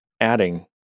adding